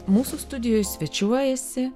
mūsų studijoj svečiuojasi